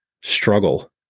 struggle